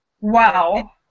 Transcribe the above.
Wow